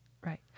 right